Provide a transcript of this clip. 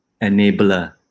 enabler